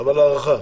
אבל הערכה.